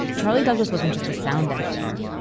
charlie douglas wasn't just a sound engineer,